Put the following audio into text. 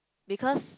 because